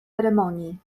ceremonii